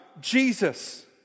Jesus